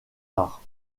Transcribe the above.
arts